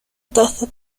tasa